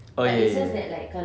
oh ya ya ya